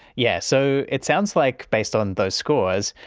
yeah, so it sounds like, based on those scores,